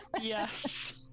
Yes